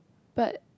but